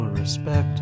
respect